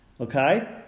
Okay